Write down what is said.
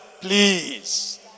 please